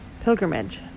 pilgrimage